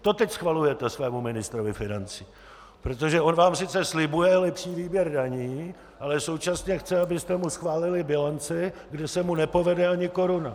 To teď schvalujete svému ministrovi financí, protože on vám sice slibuje lepší výběr daní, ale současně chce, abyste mu schválili bilanci, kde se mu nepovede ani koruna.